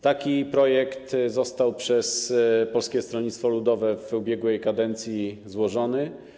Taki projekt został przez Polskie Stronnictwo Ludowe w ubiegłej kadencji złożony.